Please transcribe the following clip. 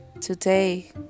today